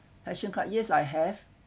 passion card yes I have